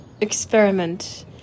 experiment